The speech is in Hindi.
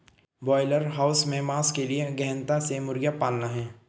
ब्रॉयलर हाउस में मांस के लिए गहनता से मुर्गियां पालना है